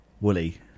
woolly